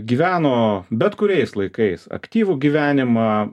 gyveno bet kuriais laikais aktyvų gyvenimą